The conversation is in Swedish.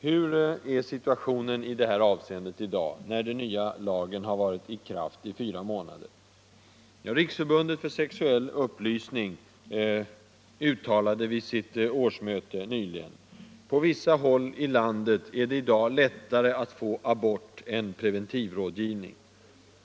Hur är situationen i dag, när den nya lagen har varit i kraft i fyra månader? Riksförbundet för sexuell upplysning uttalade vid sitt årsmöte nyligen: ”På vissa håll i landet är det i dag lättare att få abort än preventivrådgivning.